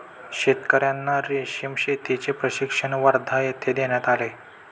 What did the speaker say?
शेतकर्यांना रेशीम शेतीचे प्रशिक्षण वर्धा येथे देण्यात आले